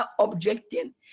objecting